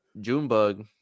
Junebug